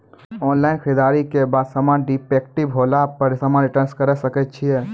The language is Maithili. ऑनलाइन खरीददारी के बाद समान डिफेक्टिव होला पर समान रिटर्न्स करे सकय छियै?